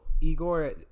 Igor